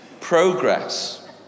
progress